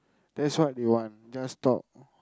that's what they want just talk